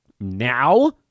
now